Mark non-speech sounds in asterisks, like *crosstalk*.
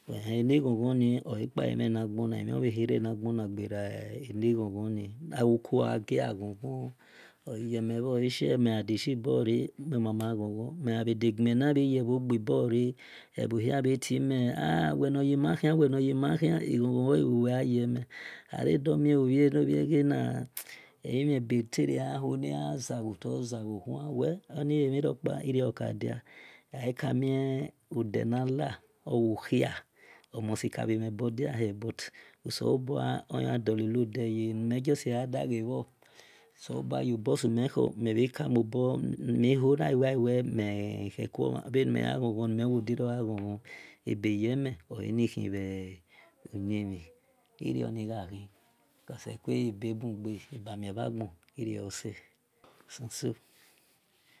Ehim aaqhon-qhon ni oapa evnigani amivhia raniqani qara nghon-ghon ni awokohiye a qhon-qhon oayemio oashe miadishir ball ramiwomama a qhon-qhon miaqave deqaminaye woqe- ball ra ehoharatimo a a we nayemahi wenoyemahi aqhon aqhon owoqa yemi *hesitation* ara domia *hesitation* anovaqana ehinebe tavaqahon a azaqotara ziaqoura wè oniamiropa iro-okdia akamiodanile eqahi omostik mibadiahie but oselebua oho dolenidai aminime just aqave seleboa raobo siemọko *hesitation* mehonawe mehekuma vanimiye qhon-qhon mevagaroqa qhon-qhon abayemi oanihiunyimi ero-oni qahi efeoababuqa abamireq lrose siso.